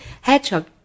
Hedgehog